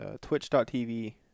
twitch.tv